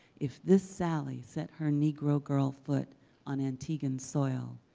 if this sally set her negro girl foot on antiguan soil,